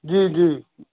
جی جی